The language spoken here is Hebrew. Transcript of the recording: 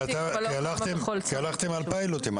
כי הלכתם על פיילוטים,